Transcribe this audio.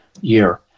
year